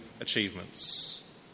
achievements